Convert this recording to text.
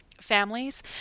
families